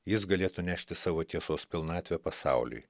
jis galėtų nešti savo tiesos pilnatvę pasauliui